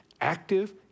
active